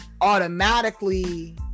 automatically